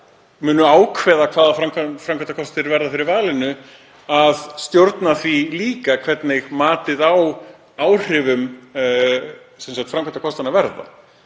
munu ákveða hvaða framkvæmdakostir verða fyrir valinu að stjórna því líka hvernig matið á áhrifum framkvæmdakostanna verður,